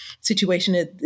situation